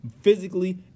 Physically